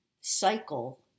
cycle